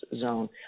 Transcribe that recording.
zone